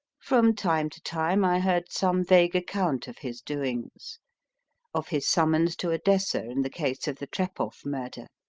from time to time i heard some vague account of his doings of his summons to odessa in the case of the trepoff murder,